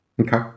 Okay